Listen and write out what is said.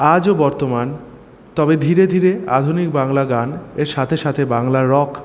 আজও বর্তমান তবে ধীরে ধীরে আধুনিক বাংলা গান এর সাথে সাথে বাংলা রক